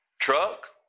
truck